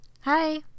Hi